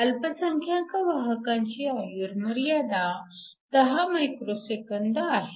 अल्पसंख्यांक वाहकांची आयुर्मर्यादा 10 मायक्रोसेकंद आहे